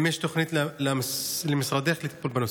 2. האם יש למשרדך תוכנית לטיפול בנושא?